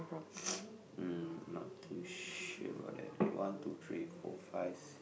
mm not too sure about that kay one two three four five